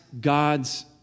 God's